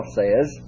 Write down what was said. says